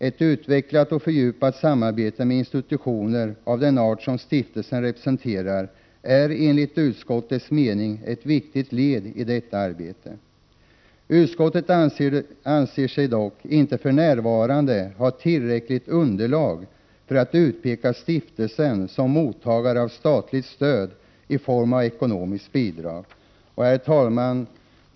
Ett utvecklat och fördjupat samarbete med institutioner av den art som stiftelsen representerar är enligt utskottets mening ett viktigt led i detta arbete. Utskottet anser sig dock inte för närvarande ha tillräckligt underlag för att utpeka stiftelsen som mottagare av statligt stöd i form av ekonomiskt bidrag. Herr talman!